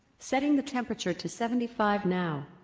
setting the temperature to seventy five now,